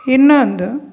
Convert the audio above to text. ಇನ್ನೊಂದು